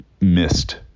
missed